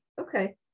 Okay